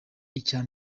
icya